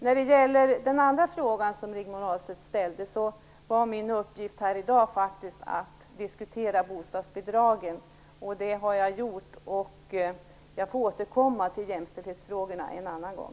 När det gäller den andra frågan som Rigmor Ahlstedt ställde var min uppgift här i dag faktiskt att diskutera bostadsbidragen, och det har jag gjort. Jag får återkomma till jämställdhetsfrågorna en annan gång.